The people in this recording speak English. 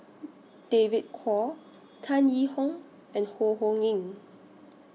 David Kwo Tan Yee Hong and Ho Ho Ying